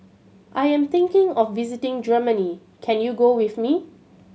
I am thinking of visiting Germany can you go with me